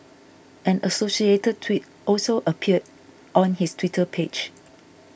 an associated tweet also appeared on his Twitter page